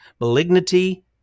malignity